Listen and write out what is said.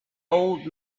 old